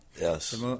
yes